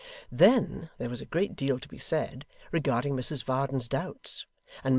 then, there was a great deal to be said regarding mrs varden's doubts,